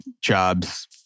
jobs